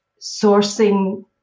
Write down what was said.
sourcing